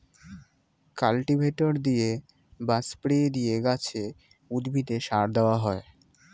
cultivator দিয়ে বা spray দিয়ে গাছে, উদ্ভিদে সার দেওয়া হয়